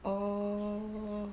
oh